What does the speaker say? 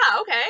okay